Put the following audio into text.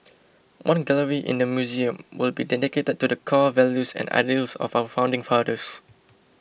one gallery in the Museum will be dedicated to the core values and ideals of our founding fathers